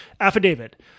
Affidavit